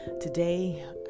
today